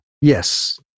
Yes